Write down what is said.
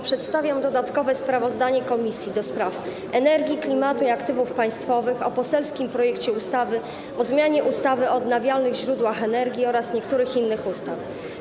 Przedstawiam dodatkowe sprawozdanie Komisji do Spraw Energii, Klimatu i Aktywów Państwowych o poselskim projekcie ustawy o zmianie ustawy o odnawialnych źródłach energii oraz niektórych innych ustaw.